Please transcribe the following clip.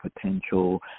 potential